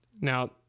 Now